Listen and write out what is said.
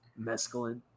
Mescaline